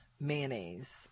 mayonnaise